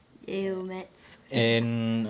!eww! maths